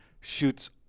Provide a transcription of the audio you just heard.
shoots